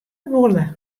wolle